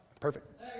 Perfect